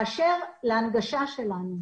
באשר להנגשה שלנו.